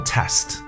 Test